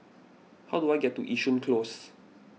how do I get to Yishun Close